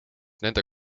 nende